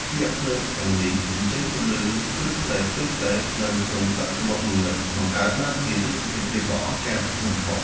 ជីវភ្លើងទាំងនេះបញ្ចេញពន្លឺភ្លឹបភ្លែតៗនៅក្នុងទឹកសមុទ្រងងឹត បង្កើតបានជាទស្សនីយភាពដ៏អស្ចារ្យបំផុត។